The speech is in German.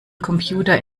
computer